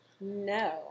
No